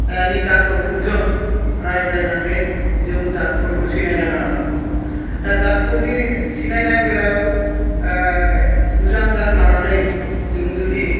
नि डाक्टरफोरजों रायज्लायनानै जों जादफोरखौ सिनायना लानांगौ दा जादफोरनि सिनायनाय बेलायाव मोजां जाद लानानै जों जुदि